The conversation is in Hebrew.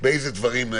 באילו דברים,